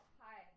hi